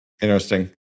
Interesting